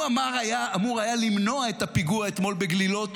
הוא אמור היה למנוע את הפיגוע אתמול בגלילות,